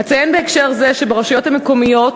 אציין בהקשר זה שברשויות המקומיות,